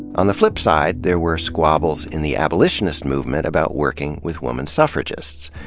on the flipside, there were squabbles in the abolitionist movement about working with woman suffragists.